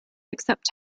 except